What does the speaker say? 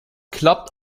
klappt